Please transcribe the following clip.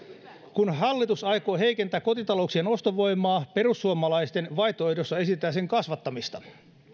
kun hallitus aikoo heikentää kotitalouksien ostovoimaa perussuomalaisten vaihtoehdossa esitetään sen kasvattamista